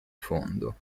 fondo